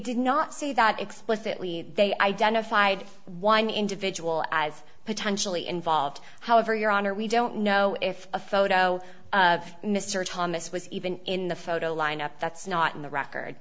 did not say that explicitly they identified one individual as potentially involved however your honor we don't know if a photo of mr thomas was even in the photo lineup that's not in the record